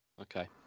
Okay